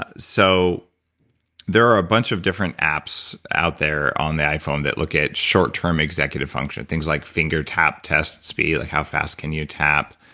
ah so there are a bunch of different apps out there on the iphone that look at short term executive function, things like finger tap tests, like how fast can you tap,